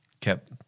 kept